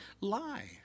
lie